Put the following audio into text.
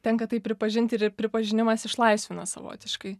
tenka tai pripažint ir pripažinimas išlaisvino savotiškai